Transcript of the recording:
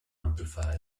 amplifiers